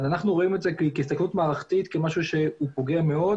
אבל אנחנו רואים את זה בהסתכלות מערכתית כמשהו שהוא פוגע מאוד